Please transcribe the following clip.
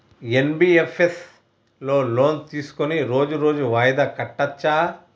NBFS లో loan తీస్కొని రోజు రోజు వాయిదా కట్టచ్ఛా?